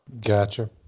Gotcha